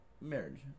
Marriage